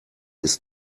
ist